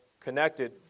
Connected